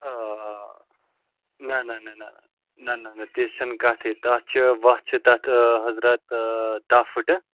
نہ نہ نہ نہ نہ نہ نہ نہ تِژھ چھَنہٕ کَتھٕے تَتھ چھِ وَتھ چھِ تَتھ حضرت داہ فٕٹہٕ